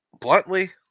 bluntly